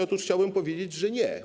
Otóż chciałbym powiedzieć, że nie.